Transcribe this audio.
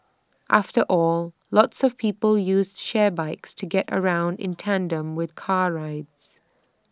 after all lots of people use shared bikes to get around in tandem with car rides